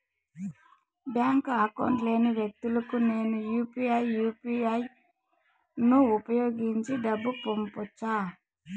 Bank account లేని వ్యక్తులకు నేను యు పి ఐ యు.పి.ఐ ను ఉపయోగించి డబ్బు పంపొచ్చా?